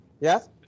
yes